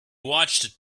watched